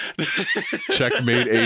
Checkmate